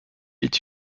est